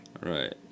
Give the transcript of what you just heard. Right